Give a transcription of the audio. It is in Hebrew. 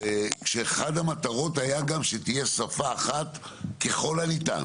כשאחד המטרות היה גם שתהיה שפה אחת ככל הניתן,